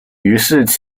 于是